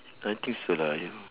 don't think so lah you know